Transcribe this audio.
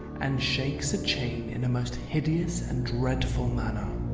and shakes a chain in a most hideous and dreadful manner.